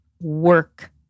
work